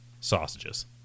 sausages